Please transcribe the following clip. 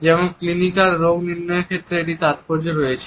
যেমন ক্লিনিক্যাল রোগ নির্ণয়ের ক্ষেত্রে এটির তাৎপর্য রয়েছে